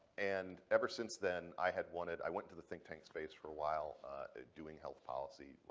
and ever since then, i had wanted i went to the think-tank space for a while doing health policy,